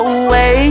away